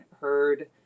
heard